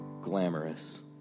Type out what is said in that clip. glamorous